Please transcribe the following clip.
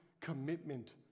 commitment